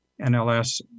NLS